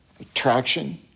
attraction